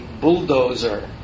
bulldozer